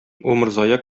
умырзая